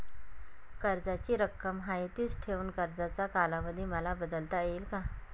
कर्जाची रक्कम आहे तिच ठेवून कर्जाचा कालावधी मला बदलता येईल का?